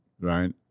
right